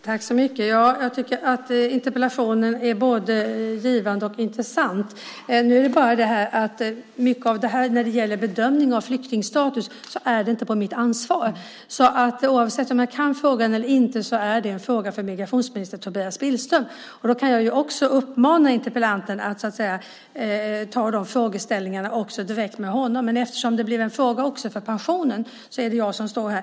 Herr talman! Jag tycker att interpellationen är både givande och intressant. Nu är det bara det att mycket av det som gäller bedömning av flyktingstatus inte är på mitt ansvar. Oavsett om jag kan frågan eller inte så är det en fråga för migrationsminister Tobias Billström. Jag kan uppmana interpellanten att ta de frågeställningarna direkt med honom. Eftersom det blev en fråga också om pensionen så är det jag som står här.